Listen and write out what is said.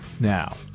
now